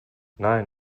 nein